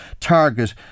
target